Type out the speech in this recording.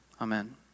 Amen